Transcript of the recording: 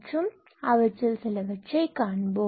மற்றும் அவற்றில் சிலவற்றை காண்போம்